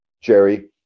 Jerry